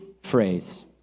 phrase